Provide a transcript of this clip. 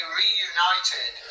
reunited